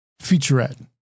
featurette